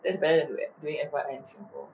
that's better than doing F_Y_I in singapore